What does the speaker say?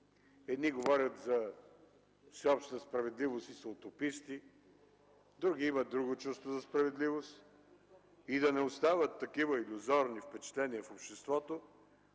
Едни говорят за всеобща справедливост и са утописти, други имат друго чувство за справедливост. За да не остават такива илюзорни впечатления в обществото,